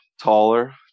taller